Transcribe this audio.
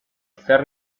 zer